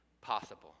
possible